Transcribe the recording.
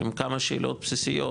עם כמה שאלות בסיסיות,